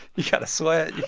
you've got to sweat.